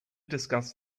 discuss